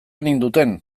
ninduten